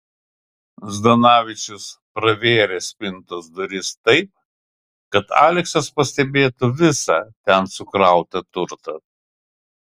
zdanavičius pravėrė spintos duris taip kad aleksas pastebėtų visą ten sukrautą turtą